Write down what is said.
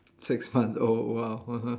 six months oh !wow!